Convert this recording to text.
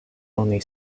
oni